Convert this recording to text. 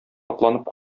атланып